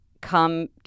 come